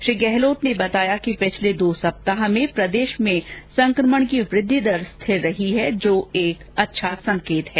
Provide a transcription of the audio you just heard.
श्री गहलोत ने बताया कि पिछले दो सप्ताह में प्रदेश में संकमण की वृद्धि दर रिथर रही है जो एक अच्छा संकेत है